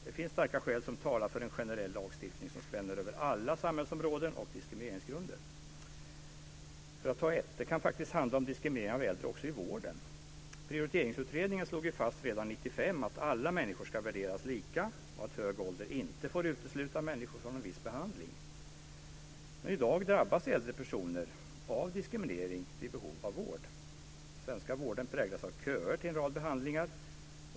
Det finns starka skäl som talar för en generell lagstiftning som spänner över alla samhällsområden och diskrimineringsgrunder. Det kan faktiskt handla om diskriminering av äldre i vården. Prioriteringsutredning slog fast redan 1995 att alla människor ska värderas lika och att hög ålder inte får utesluta människor från en viss behandling. Men i dag drabbas äldre personer av diskriminering vid behov av vård. Svenska vården präglas av köer till en rad behandlingar.